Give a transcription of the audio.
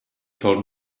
told